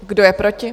Kdo je proti?